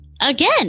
Again